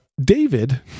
david